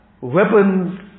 weapons